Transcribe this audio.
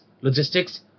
logistics